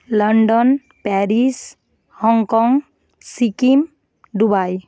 London Paris Hong Kong Sikkim Dubai